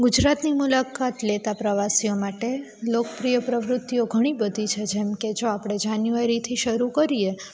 ગુજરાતની મુલાકાત લેતા પ્રવાસીઓ માટે લોકપ્રિય પ્રવૃત્તિઓ ઘણી બધી છે જેમકે જો આપણે જાન્યુઆરીથી શરૂ કરીએ